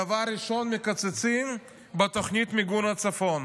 דבר ראשון מקצצים בתוכנית מיגון הצפון.